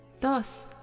Thus